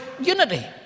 Unity